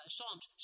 Psalms